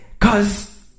Cause